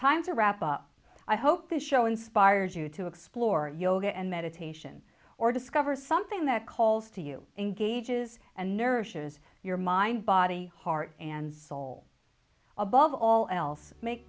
up i hope this show inspires you to explore yoga and meditation or discover something that calls to you and gauges and nourishes your mind body heart and soul above all else make